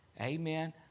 Amen